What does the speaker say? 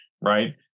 Right